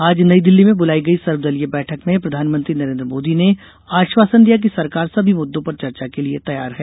आज नई दिल्ली में बुलाई गई सर्वदलीय बैठक में प्रधानमंत्री नरेन्द्र मोदी ने आश्वासन दिया कि सरकार सभी मुद्दों पर चर्चा के लिए तैयार है